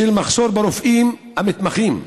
בשל מחסור ברופאים המתמחים,